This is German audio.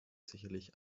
sicherlich